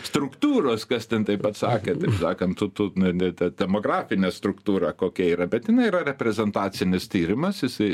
struktūros kas ten taip atsakė taip sakant tu tu ne ne ta demografinė struktūra kokia yra bet jinai yra reprezentacinis tyrimas jisai